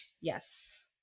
Yes